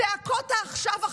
צעקות ה"עכשיו",